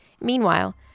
Meanwhile